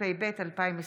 התשפ"ב 2021,